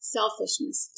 selfishness